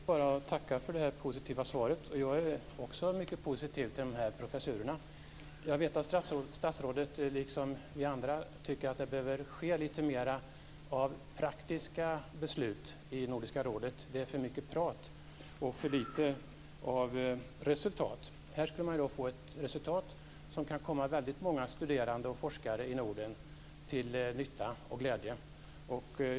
Fru talman! Jag tackar för det positiva svaret. Jag är också mycket positivt inställd till dessa professurer. Jag vet att statsrådet, liksom vi andra, tycker att det behövs lite mer av praktiska beslut inom Nordiska rådet. Det är för mycket prat och för lite resultat. Här får man nu ett resultat som kan vara till nytta och glädje för många studerande och forskare i Norden.